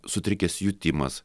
sutrikęs jutimas